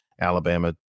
Alabama